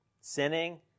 sinning